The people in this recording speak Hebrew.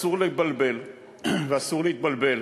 אסור להתבלבל